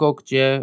gdzie